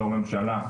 בתור ממשלה,